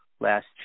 Last